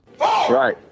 Right